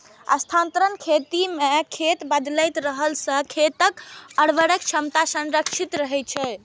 स्थानांतरण खेती मे खेत बदलैत रहला सं खेतक उर्वरक क्षमता संरक्षित रहै छै